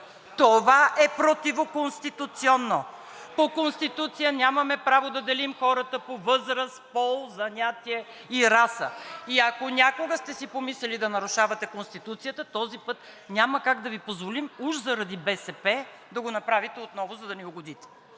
„Това е противоконституционно! По Конституция нямаме право да делим хората по възраст, пол, занятие и раса и ако някога сте си помисляли да нарушавате Конституцията, този път няма как да Ви позволим, уж заради БСП, да го направите отново, за да ни угодите.“